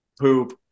poop